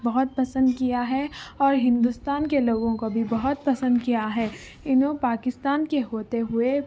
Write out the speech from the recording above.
بہت پسند کیا ہے اور ہندوستان کے لوگوں کو بھی بہت پسند کیا ہے انہوں پاکستان کے ہوتے ہوئے